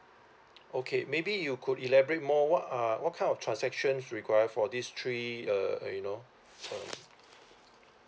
okay maybe you could elaborate more what are what kind of transactions require for these three uh you know uh